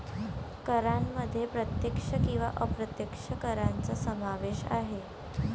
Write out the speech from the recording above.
करांमध्ये प्रत्यक्ष किंवा अप्रत्यक्ष करांचा समावेश आहे